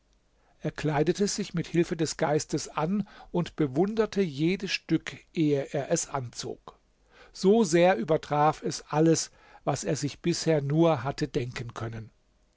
er kleidete sich mit hilfe des geistes an und bewunderte jedes stück ehe er es anzog so sehr übertraf es alles was er sich bisher nur hatte denken können